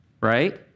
right